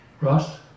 Ross